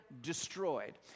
destroyed